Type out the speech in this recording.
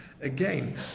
Again